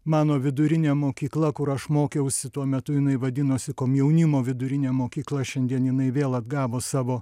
mano vidurinė mokykla kur aš mokiausi tuo metu jinai vadinosi komjaunimo vidurinė mokykla šiandien jinai vėl atgavo savo